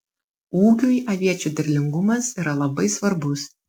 ūkiui aviečių derlingumas yra labai svarbus